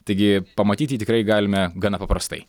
taigi pamatyt jį tikrai galime gana paprastai